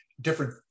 different